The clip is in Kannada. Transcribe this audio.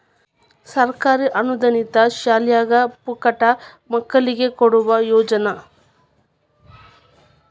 ಸರ್ಕಾರಿ ಅನುದಾನಿತ ಶಾಲ್ಯಾಗ ಪುಕ್ಕಟ ಮಕ್ಕಳಿಗೆ ಕೊಡುವ ಯೋಜನಾ